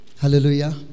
Hallelujah